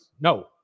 no